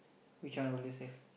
which one will you save